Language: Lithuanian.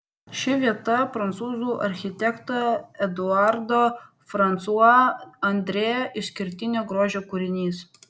ši vieta prancūzų architekto eduardo fransua andrė išskirtinio grožio kūrinys